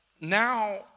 now